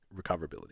recoverability